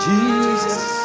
Jesus